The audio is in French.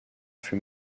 fut